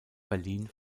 berlin